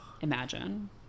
imagine